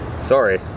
Sorry